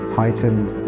heightened